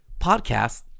podcast